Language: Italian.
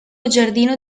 giardino